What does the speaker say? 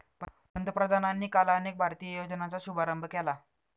पंतप्रधानांनी काल अनेक भारतीय योजनांचा शुभारंभ केला